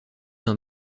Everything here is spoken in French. d’un